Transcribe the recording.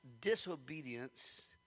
disobedience